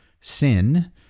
sin